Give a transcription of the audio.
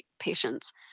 patients